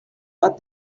what